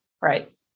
Right